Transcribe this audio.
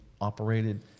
operated